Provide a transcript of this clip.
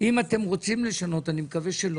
אם אתם רוצים לשנות, אני מקווה שלא.